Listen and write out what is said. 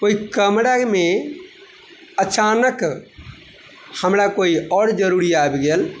ओहि कमरामे अचानक हमरा कोइ और जरूरी आबि गेल